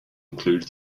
include